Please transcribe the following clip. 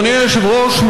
אדוני היושב-ראש,